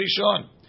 rishon